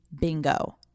Bingo